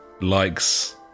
likes